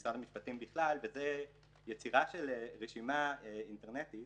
במשרד המשפטים בכלל, וזה יצירה של רשימה אינטרנטית